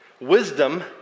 Wisdom